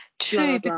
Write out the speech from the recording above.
True